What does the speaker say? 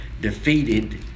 defeated